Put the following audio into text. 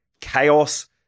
chaos